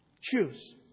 Choose